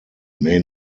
may